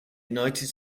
united